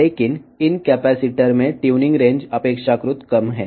కానీ ఈ కెపాసిటర్లలో ట్యూనింగ్ పరిధి చాలా తక్కువగా ఉంటుంది